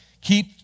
Keep